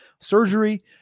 surgery